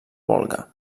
volga